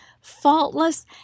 faultless